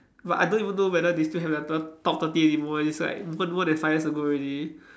but I don't even know whether they still have the top thirty anymore it's like more than more than five years ago already